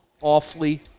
awfully